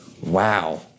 Wow